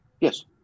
Yes